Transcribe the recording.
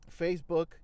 Facebook